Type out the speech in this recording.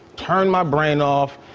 turn my brain off,